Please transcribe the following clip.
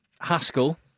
Haskell